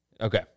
Okay